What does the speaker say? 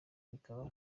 bikaba